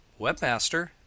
webmaster